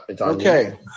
Okay